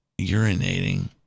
urinating